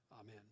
Amen